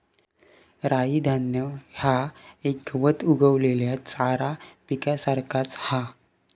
राई धान्य ह्या एक गवत उगवलेल्या चारा पिकासारख्याच हा